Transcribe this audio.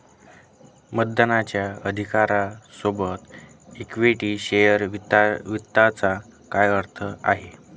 मतदानाच्या अधिकारा सोबत इक्विटी शेअर वित्ताचा काय अर्थ आहे?